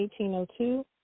1802